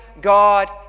God